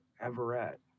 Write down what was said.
Everett